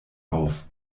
auf